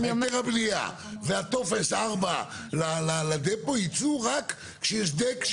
היתר הבנייה וטופס 4 לדפו יצאו רק כשיש דק,